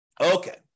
Okay